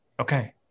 Okay